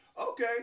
Okay